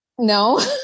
no